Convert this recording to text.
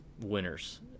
winners